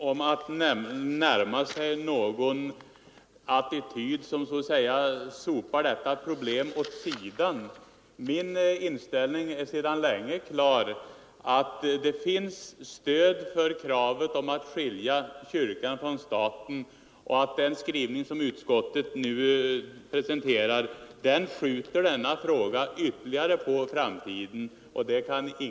Herr talman! Det handlar inte om att närma sig en attityd som innebär att man så att säga sopar detta problem åt sidan, herr Lundgren. Min inställning är redan länge klar: Det finns stöd: för kravet på att skilja kyrkan från staten. Den skrivning som utskottet nu presenterar skjuter tyvärr denna fråga ytterligare på framtiden.